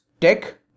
tech